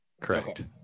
Correct